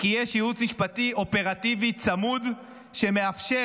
היא כי יש ייעוץ משפטי אופרטיבי צמוד שמאפשר